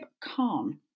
Khan